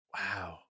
wow